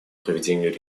проведению